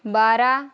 बारा